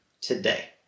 today